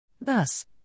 Thus